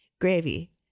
Gravy